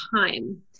time